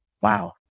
wow